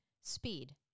speed